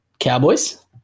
Cowboys